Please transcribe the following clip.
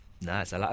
Nice